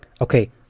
Okay